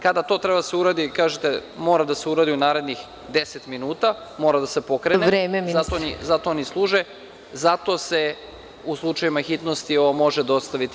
Kada to treba da se uradi, kažete – mora da se uradi u narednih 10 minuta, mora da se pokrene zato oni služe, zato se u slučajevima hitnosti ovo može dostaviti.